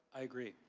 i agree.